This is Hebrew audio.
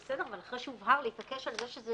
בסדר, אבל אחרי שהובהר, להתעקש על זה?